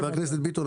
חבר הכנסת ביטון,